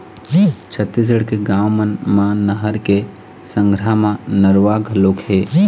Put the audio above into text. छत्तीसगढ़ के गाँव मन म नहर के संघरा म नरूवा घलोक हे